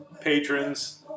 patrons